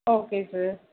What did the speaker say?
okay sir